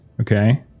Okay